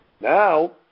Now